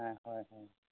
হয় হয়